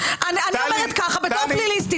טלי --- אני אומרת ככה בתור "פלילסטית",